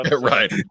right